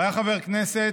הוא היה חבר כנסת